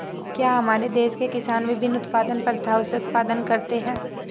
क्या हमारे देश के किसान विभिन्न उत्पादन प्रथाओ से उत्पादन करते हैं?